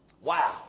Wow